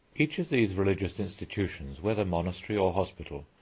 each of these religious institutions, whether monastery or hospital,